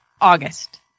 August